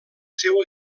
seu